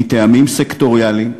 מטעמים סקטוריאליים,